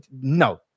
no